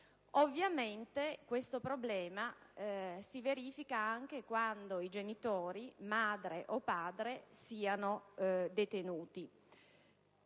Ovviamente tale problema si verifica anche quando i genitori, madre o padre, siano detenuti.